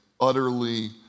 utterly